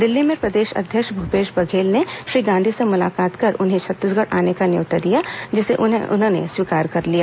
दिल्ली में प्रदेश अध्यक्ष भूपेश बघेल ने श्री गांधी से मुलाकात कर उन्हें छत्तीसगढ़ आने का न्योता दिया जिसे उन्होंने स्वीकार कर लिया